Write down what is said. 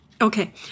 Okay